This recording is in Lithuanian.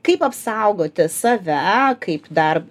kaip apsaugoti save kaip darb